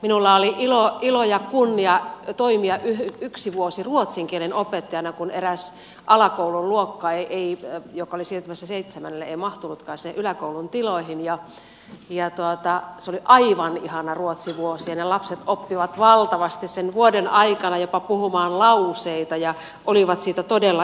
minulla oli ilo ja kunnia toimia yksi vuosi ruotsin kielen opettajana kun eräs alakoulun luokka joka oli siirtymässä seitsemännelle ei mahtunutkaan sinne yläkoulun tiloihin ja se oli aivan ihana ruotsivuosi ja ne lapset oppivat valtavasti sen vuoden aikana jopa puhumaan lauseita ja olivat siitä todella iloisia